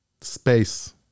Space